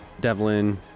Devlin